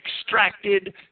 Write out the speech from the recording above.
extracted